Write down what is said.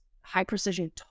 high-precision